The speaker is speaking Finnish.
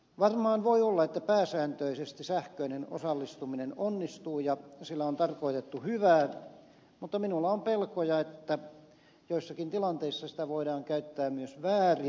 varmaan voi olla että pääsääntöisesti sähköinen osallistuminen onnistuu ja sillä on tarkoitettu hyvää mutta minulla on pelkoja että joissakin tilanteissa sitä voidaan käyttää myös väärin